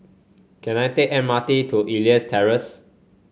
can I take the M R T to Elias Terrace